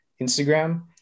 Instagram